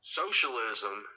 socialism